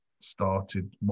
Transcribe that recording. started